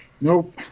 Nope